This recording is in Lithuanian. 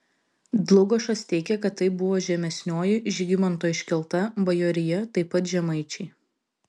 dlugošas teigia kad tai buvo žemesnioji žygimanto iškelta bajorija taip pat žemaičiai